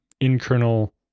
in-kernel